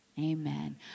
Amen